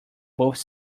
both